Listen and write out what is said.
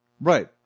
Right